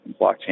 blockchain